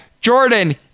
Jordan